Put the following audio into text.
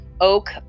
oak